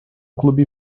clube